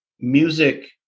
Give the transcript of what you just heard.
music